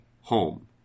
home